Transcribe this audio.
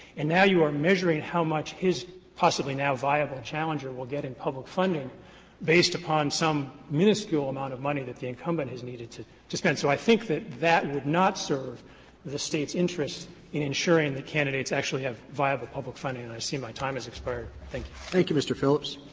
and now you are measuring how much his possibly now viable challenger will get in public funding based upon some minuscule amount of money that the incumbent has needed to to spend. so i think that that would not serve the state's interests in ensuring the candidates actually have viable public funding. and i see my time has expired. thank you. roberts thank you, mr. phillips.